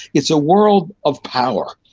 it's a world of power.